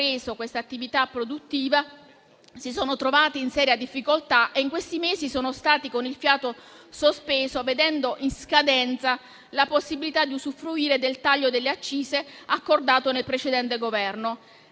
questa attività produttiva, si sono dunque trovati in seria difficoltà e in questi mesi sono stati con il fiato sospeso, vedendo in scadenza la possibilità di usufruire del taglio delle accise accordato nel precedente Governo.